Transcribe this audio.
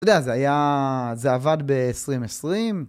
אתה יודע, זה היה... זה עבד ב-2020.